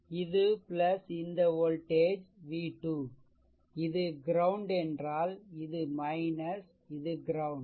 இது இந்த voltage v2 இது க்ரௌண்ட் என்றால் இது இது க்ரௌண்ட்